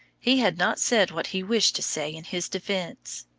he had not said what he wished to say in his defense.